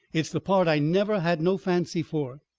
it's the part i never had no fancy for.